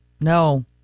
no